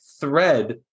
thread